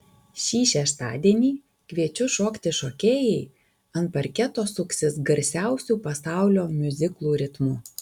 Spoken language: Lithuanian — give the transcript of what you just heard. šį šeštadienį kviečiu šokti šokėjai ant parketo suksis garsiausių pasaulio miuziklų ritmu